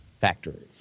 factories